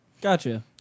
Gotcha